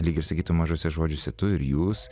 lyg ir sakytum mažuose žodžiuose tu ir jūs